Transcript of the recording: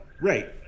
Right